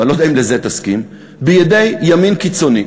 ואני לא יודע אם לזה תסכים, בידי ימין קיצוני,